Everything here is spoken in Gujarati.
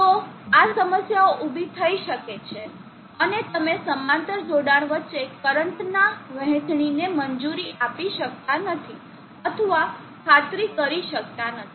તો આ સમસ્યાઓ ઊભી થઈ શકે છે અને તમે સમાંતર જોડાણ વચ્ચે કરંટના વહેંચણીને મંજૂરી આપી શકતા નથી અથવા ખાતરી કરી શકતા નથી